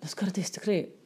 nes kartais tikrai